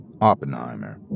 Oppenheimer